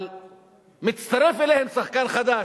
אבל מצטרף אליהם שחקן חדש,